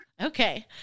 Okay